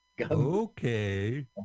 okay